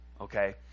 okay